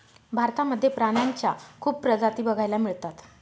भारतामध्ये प्राण्यांच्या खूप प्रजाती बघायला मिळतात